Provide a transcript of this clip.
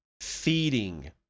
feeding